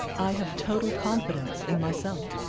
i have total confidence in myself.